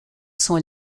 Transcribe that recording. sont